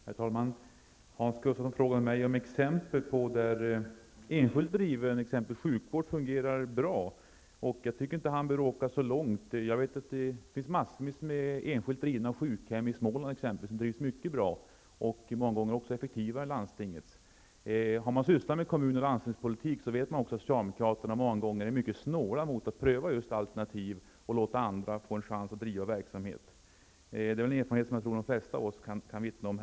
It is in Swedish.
Herr talman! Hans Gustafsson ville att jag skulle ge exempel på enskilt driven sjukvård som fungerade bra. Han behöver inte åka särskilt långt för att finna sådan. Det finns en mängd enskilt drivna sjukhem i exempelvis Småland som är mycket bra och många gånger drivs effektivare än landstingets sjukhem. Den som liksom jag har sysslat med kommun och landstingspolitik vet att socialdemokraterna ofta är mycket snåla när det gäller att pröva just alternativ och låta andra få en chans att bedriva olika verksamheter. Det tror jag är en erfarenhet som de flesta av oss här kan vittna om.